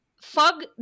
Fog